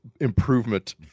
improvement